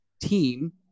team